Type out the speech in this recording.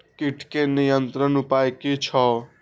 कीटके नियंत्रण उपाय कि छै?